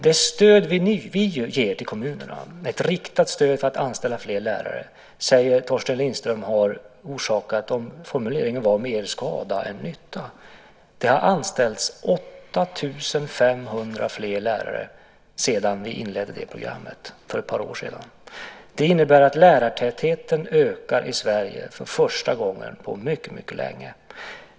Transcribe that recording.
Det stöd vi ger till kommunerna - ett riktat stöd för att anställa fler lärare - säger Torsten Lindström har orsakat mer besvär än nytta. Det har anställts 8 500 fler lärare sedan vi inledde det programmet för ett par år sedan. Det innebär att lärartätheten ökar i Sverige för första gången på mycket länge.